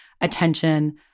attention